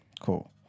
cool